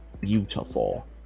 beautiful